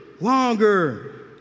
longer